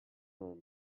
room